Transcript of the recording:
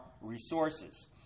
resources